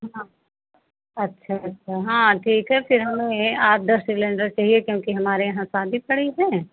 हाँ अच्छा अच्छा हाँ ठीक है फ़िर हमें आठ दस सिलेण्डर चाहिए क्योंकि हमारे यहाँ शादी पड़ी है